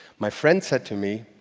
my friend said to me,